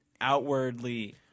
outwardly